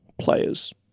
players